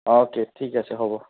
okay ঠিক আছে হ'ব